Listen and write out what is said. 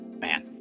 Man